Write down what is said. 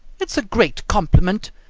it's a great compliment,